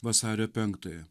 vasario penktąją